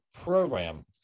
program